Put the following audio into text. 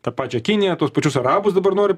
tą pačią kiniją tuos pačius arabus dabar nori